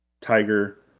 tiger